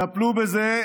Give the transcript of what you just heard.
טפלו בזה.